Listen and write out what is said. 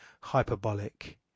hyperbolic